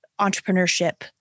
entrepreneurship